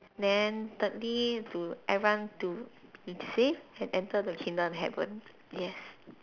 then thirdly to everyone to insist and enter the kingdom of heaven